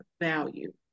value